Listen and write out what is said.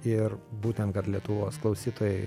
ir būtent kad lietuvos klausytojai